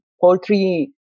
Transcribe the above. poultry